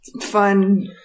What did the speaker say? fun